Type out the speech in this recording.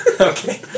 Okay